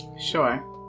Sure